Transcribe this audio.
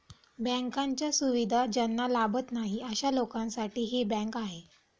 बँकांच्या सुविधा ज्यांना लाभत नाही अशा लोकांसाठी ही बँक आहे